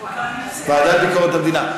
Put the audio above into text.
הוועדה לביקורת המדינה.